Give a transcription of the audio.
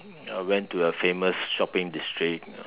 went to a famous shopping district